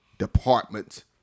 departments